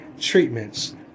treatments